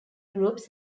groups